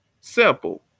Simple